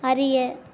அறிய